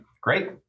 Great